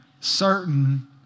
certain